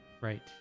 Right